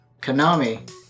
Konami